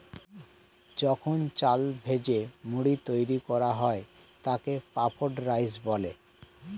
যখন চাল ভেজে মুড়ি তৈরি করা হয় তাকে পাফড রাইস বলে